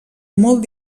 molt